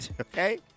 okay